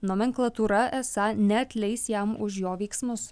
nomenklatūra esą neatleis jam už jo veiksmus